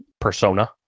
persona